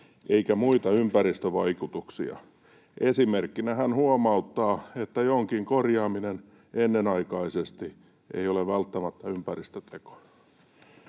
eikä muita ympäristövaikutuksia. Esimerkkinä hän huomauttaa, että jonkin korjaaminen ennenaikaisesti ei ole välttämättä ympäristöteko.”